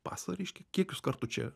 pasą reiškia kiek jūs kartų čia